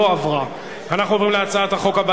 התשע"א 2011,